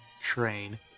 train